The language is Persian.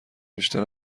بیشتر